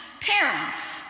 parents